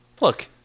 Look